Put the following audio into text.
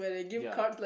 ya